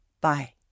Bye